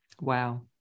Wow